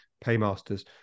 paymasters